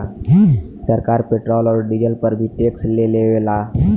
सरकार पेट्रोल औरी डीजल पर भी टैक्स ले लेवेला